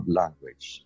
language